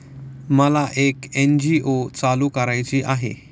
मला एक एन.जी.ओ चालू करायची आहे